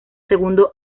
segundo